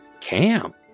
Camp